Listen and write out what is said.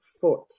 foot